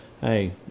Hey